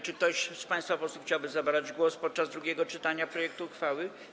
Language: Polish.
Czy ktoś z państwa posłów chciałby zabrać głos podczas drugiego czytania projektu uchwały?